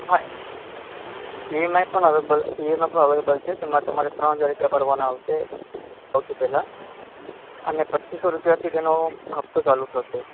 હા E M I પણ available E M I પણ અવેબલ છે જેમાં તમારે ત્રણ હજાર રૂપિયા ભરવાના આવશે સૌથી પહેલાં અને પચ્ચીસ સો રૂપિયાથી તેનો હપ્તો ચાલુ થશે